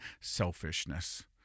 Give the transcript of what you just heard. selfishness